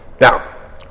Now